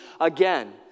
again